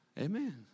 Amen